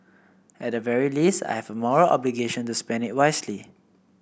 at the very least I have a moral obligation to spend it wisely